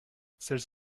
celles